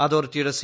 അതോറിറ്റിയുടെ സി